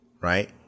right